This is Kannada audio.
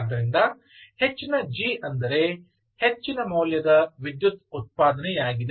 ಆದ್ದರಿಂದ ಹೆಚ್ಚಿನ G ಅಂದರೆ ಹೆಚ್ಚಿನ ಮೌಲ್ಯದ ವಿದ್ಯುತ್ ಉತ್ಪಾದನೆಯಾಗಿದೆ